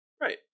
Right